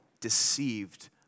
deceived